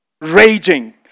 raging